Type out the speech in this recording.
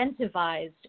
incentivized